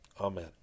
amen